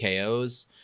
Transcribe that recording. KOs